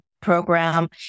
program